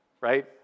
right